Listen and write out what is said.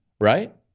right